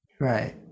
Right